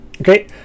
Okay